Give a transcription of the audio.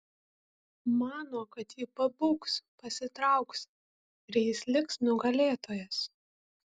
mano kad ji pabūgs pasitrauks ir jis liks nugalėtojas